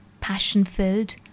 passion-filled